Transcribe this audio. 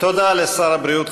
תודה לשר הבריאות,